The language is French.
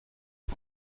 est